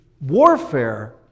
warfare